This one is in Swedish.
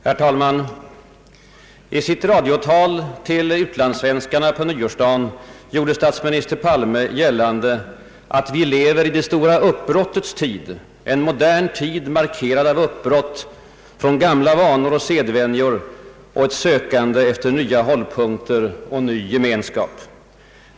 Herr talman! I sitt radiotal till utlandssvenskarna på nyårsdagen gjorde statsminister Palme gällande att vi lever i »det stora uppbrottets tid», en modern tid markerad av uppbrott från gamla vanor och sedvänjor och ett sökande efter nya hållpunkter och ny gemenskap.